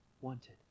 wanted